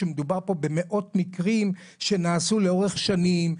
שמדובר פה במאות מקרים שנעשו לאורך שנים.